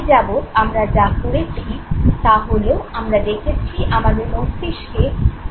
এ যাবত আমরা যা করেছি তা হলো আমরা দেখেছি আমাদের মস্তিষ্কে কীভাবে তথ্য এসে পৌঁছয়